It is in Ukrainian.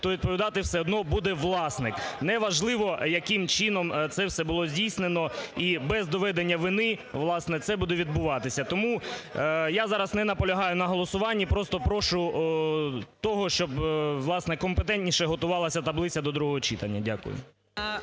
то відповідати все одно буде власник. Не важливо, яким чином це все було здійснено, і без доведення вини, власне, це буде відбуватися. Тому я зараз не наполягаю на голосування, просто прошу того, щоб, власне, компетентніше готувалась таблиця до другого читання. Дякую.